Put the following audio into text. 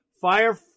Fire